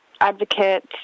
advocate